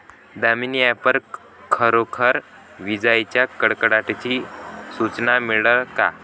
Damini app वर खरोखर विजाइच्या कडकडाटाची सूचना मिळन का?